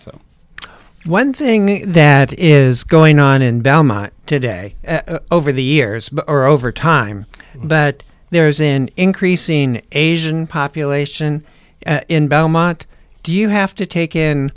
so one thing that is going on in belmont today over the years or over time but there is in increasing asian population in belmont do you have to take in